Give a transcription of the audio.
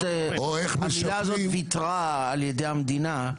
המילה הזאת ויתרה על ידי המדינה,